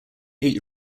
eight